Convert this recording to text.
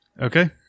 Okay